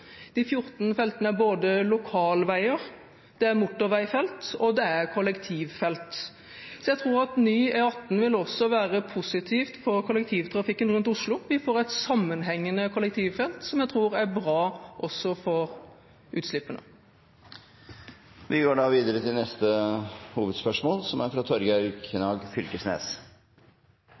De 14 feltene er både lokalveier, motorveifelt og kollektivfelt. Jeg tror at ny E18 også vil være positivt for kollektivtrafikken rundt Oslo. Vi får et sammenhengende kollektivfelt som jeg tror er bra også for utslippene. Vi går videre til neste hovedspørsmål. Klimapanelet kom nyleg med ein ny rapport som konkluderer med at tilstanden for klimaet er